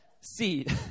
seed